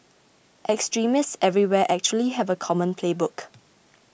extremists everywhere actually have a common playbook